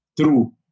true